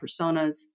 Personas